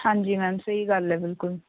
ਹਾਂਜੀ ਮੈਮ ਸਹੀ ਗੱਲ ਹੈ ਬਿਲਕੁਲ